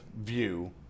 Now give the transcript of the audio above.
view